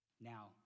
Now